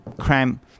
crime